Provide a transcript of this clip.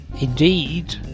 indeed